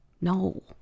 No